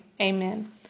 amen